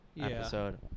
episode